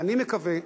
ואני מקווה,